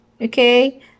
Okay